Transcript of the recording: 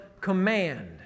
command